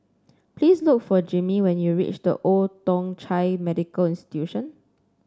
please look for Jimmie when you reach The Old Thong Chai Medical Institution